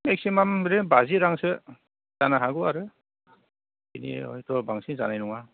maximum ओरैनो रां बाजि रांसो जानो हागौआरो बेनि हयथ' बांसिन जानाय नङा